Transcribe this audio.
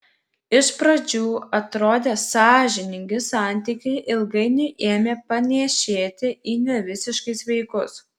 iš pradžių atrodę sąžiningi santykiai ilgainiui ėmė panėšėti į nevisiškai sveikus